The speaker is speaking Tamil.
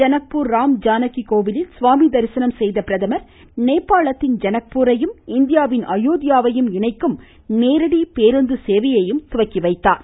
ஜனக்பூர் ராம் ஜானகி கோவிலில் சுவாமி தரிசனம் செய்த பிரதமர் நேபாளத்தின் ஜனக்பூர் இந்தியாவின் அயோத்யாவையும் இணைக்கும் நேரடி பேருந்து சேவையையும் துவக்கி வைத்தார்